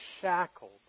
shackled